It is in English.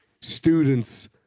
students